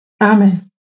Amen